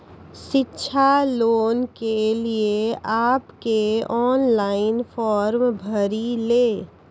शिक्षा लोन के लिए आप के ऑनलाइन फॉर्म भरी ले?